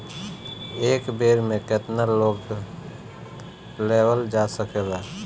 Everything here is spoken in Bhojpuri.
एक बेर में केतना लोन लेवल जा सकेला?